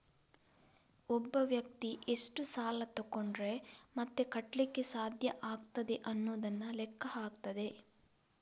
ಒಬ್ಬ ವ್ಯಕ್ತಿ ಎಷ್ಟು ಸಾಲ ತಗೊಂಡ್ರೆ ಮತ್ತೆ ಕಟ್ಲಿಕ್ಕೆ ಸಾಧ್ಯ ಆಗ್ತದೆ ಅನ್ನುದನ್ನ ಲೆಕ್ಕ ಹಾಕ್ತದೆ